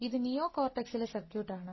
ഇത് നിയോകോർട്ടെക്സിലെ സർക്യൂട്ടാണ്